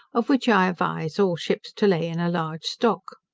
of which i advise all ships to lay in a large stock.